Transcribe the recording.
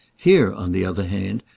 here, on the other hand,